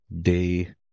day